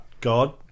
God